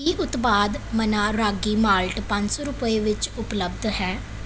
ਕੀ ਉਤਪਾਦ ਮੰਨਾ ਰਾਗੀ ਮਾਲਟ ਪੰਜ ਸੌ ਰੁਪਏ ਵਿੱਚ ਉਪਲਬਧ ਹੈ